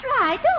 right